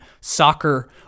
soccer